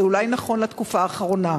אולי נכונה לתקופה האחרונה.